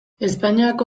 espainiako